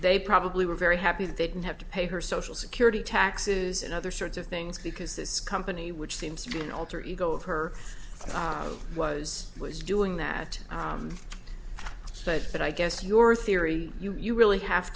they probably were very happy that they didn't have to pay her social security taxes and other sorts of things because this company which seems to be an alter ego of her was was doing that said but i guess your theory you really have